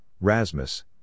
Rasmus